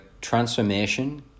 transformation